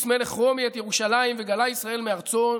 מלך רומי את ירושלים וגלה ישראל מארצו,